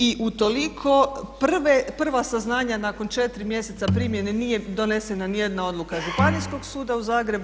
I utoliko prva saznanja nakon 4 mjeseca primjene nije donesena nijedna odluka Županijskog suda u Zagrebu.